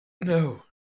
No